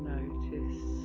notice